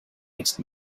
next